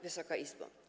Wysoka Izbo!